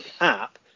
app